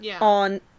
on